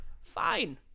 Fine